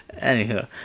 Anywho